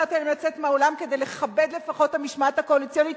הצעת להם לצאת מהאולם כדי לכבד לפחות את המשמעת הקואליציונית.